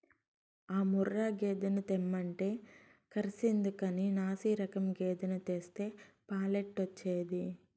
ఆ ముర్రా గేదెను తెమ్మంటే కర్సెందుకని నాశిరకం గేదెను తెస్తే పాలెట్టొచ్చేది